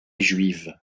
juive